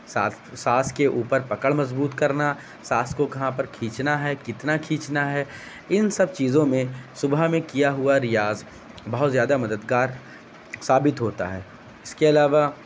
سانس سانس کے اوپر پکڑ مضبوط کرنا ساس کو کہاں پر کھینچنا ہے کتنا کھینچنا ہے ان سب چیزوں میں صبح میں کیا ہوا ریاض بہت زیادہ مددگار ثابت ہوتا ہے اس کے علاوہ